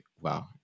wow